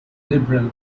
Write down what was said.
liberal